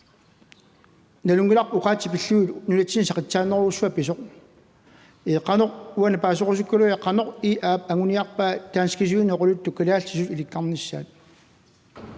kommer ikke til at sige, at vi skal have en